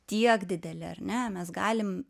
tiek dideli ar ne mes galim